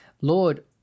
Lord